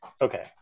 okay